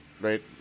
right